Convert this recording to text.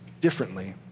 differently